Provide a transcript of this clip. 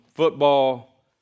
Football